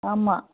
ஆமாம்